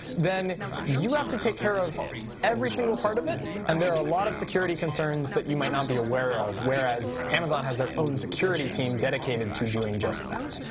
then you have to take care of every single part of it, and there are a lot of security concerns that you might not be aware of. whereas amazon has their own security team dedicated to doing just that.